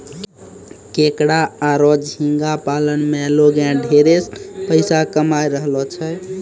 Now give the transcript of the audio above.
केकड़ा आरो झींगा पालन में लोगें ढेरे पइसा कमाय रहलो छै